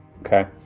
Okay